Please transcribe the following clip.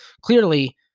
clearly